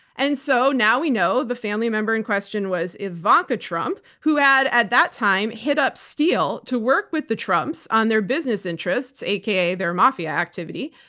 and so now we know the family member in question was ivanka trump who had, at that time, hit up steele to work with the trumps on their business interests, aka their mafia activity,